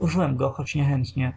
użyłem go choć niechętnie